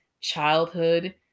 childhood